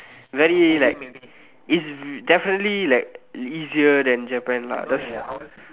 very like is definitely like easier than Japan lah that's